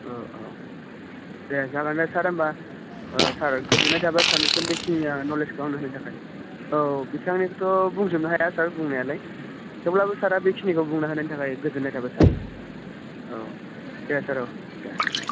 अह अह दे जागोन दे सार होमबा सार गोजोननाय थाबाय सारिनिसिम बेखिनि नलेजखौ आंनो होनायनि थाखाय औ बिथांनिखौथ' बुंजोबनो हाया सार बुंनायालाय थेवब्लाबो सारआ बेखिनिखौ बुंनानै होनायनि थाखाय गोजोन्नाय थाबाय सार औ दे सार औ दे गोजोनथों